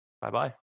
Bye-bye